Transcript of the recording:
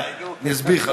יאללה, רד עליי, נו.